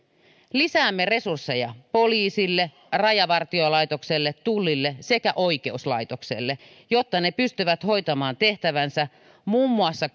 lisäämme resursseja poliisille rajavartiolaitokselle tullille sekä oikeuslaitokselle jotta ne pystyvät hoitamaan tehtävänsä muun muassa